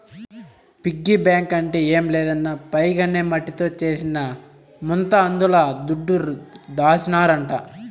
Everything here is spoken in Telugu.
పిగ్గీ బాంక్ అంటే ఏం లేదన్నా పైగ్ అనే మట్టితో చేసిన ముంత అందుల దుడ్డు దాసినారంట